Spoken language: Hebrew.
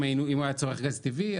אם הוא היה צורך גז טבעי,